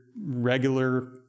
regular